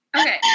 Okay